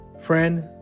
Friend